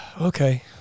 okay